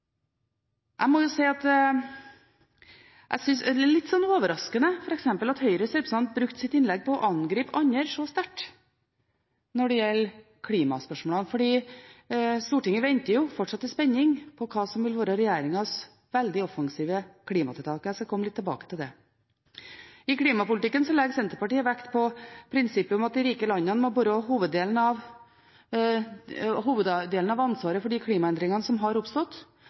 Jeg må si at jeg synes det er litt overraskende f.eks. at Høyres representant brukte sitt innlegg på å angripe andre så sterkt når det gjelder klimaspørsmålene, fordi Stortinget venter jo fortsatt i spenning på hva som vil være regjeringens veldig offensive klimatiltak. Jeg skal komme litt tilbake til det. I klimapolitikken legger Senterpartiet vekt på prinsippet om at de rike landene må bære hoveddelen av ansvaret for de klimaendringene som har oppstått,